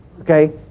Okay